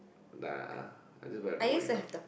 nah I just don't have normal guitar